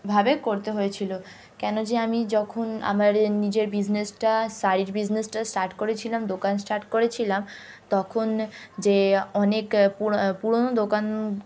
ভাবে করতে হয়েছিল কেন যে আমি যখন আমার নিজের বিজনেসটা শাড়ির বিজনেসটা স্টার্ট করেছিলাম দোকান স্টার্ট করেছিলাম তখন যে অনেক পোরা পুরনো দোকান